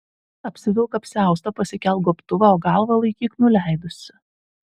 apsivilk apsiaustą pasikelk gobtuvą o galvą laikyk nuleidusi